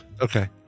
Okay